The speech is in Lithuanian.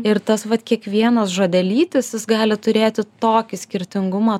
ir tas vat kiekvienas žodelytis jis gali turėti tokį skirtingumą